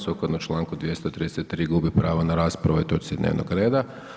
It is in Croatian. Sukladno članku 233. gubi pravo na raspravu o ovoj točci dnevnog reda.